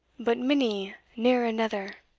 but minnie neer anither.